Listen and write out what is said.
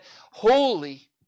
Holy